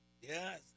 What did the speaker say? Yes